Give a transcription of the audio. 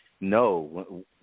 no